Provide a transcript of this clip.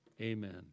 Amen